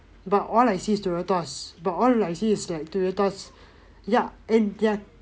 but all I see is Toyotas but all I see is like Toyotas ya and ya